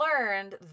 learned